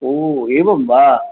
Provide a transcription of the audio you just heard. ओ एवं वा